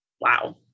wow